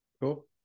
Cool